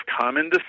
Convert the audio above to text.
common